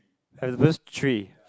has verse three